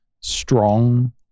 strong